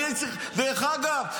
דרך אגב,